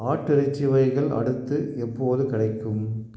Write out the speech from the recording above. ஆட்டிறைச்சி வகைகள் அடுத்து எப்போது கிடைக்கும்